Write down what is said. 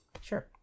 Sure